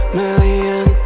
million